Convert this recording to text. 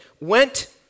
went